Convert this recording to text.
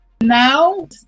Now